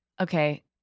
Okay